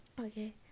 okay